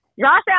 Josh